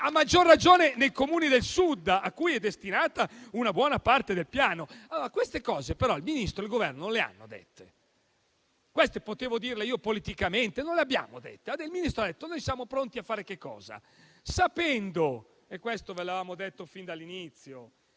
a maggior ragione nei Comuni del Sud, cui è destinata una buona parte del Piano. Queste cose però il Ministro e il Governo non le hanno dette; potevo dirle io politicamente, ma non le abbiamo dette. Il Ministro ha detto che noi siamo pronti a fare che cosa? Sappiamo da sempre che l'Italia